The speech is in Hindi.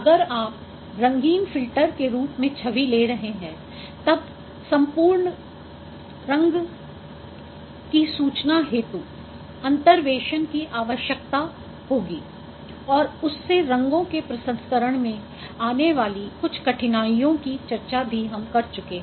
अगर आप रंगीन फ़िल्टर के रूप में छवि ले रहे हैं तब संपूर्ण रंग की सूचना हेतु अंतर्वेशन की आवश्यकता होगी और उससे रंगों के प्रसंस्करण में आने वाली कुछ कठिनाइयों की चर्चा भी हम कर चुके हैं